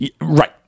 Right